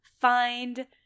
find